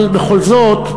אבל בכל זאת,